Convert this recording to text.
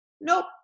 Nope